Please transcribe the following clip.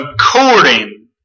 according